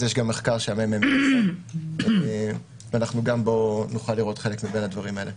יש גם מחקר שהממ"מ עשה וגם בו נוכל לראות חלק מהדברים האלה.